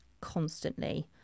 constantly